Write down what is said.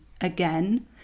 again